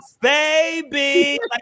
Baby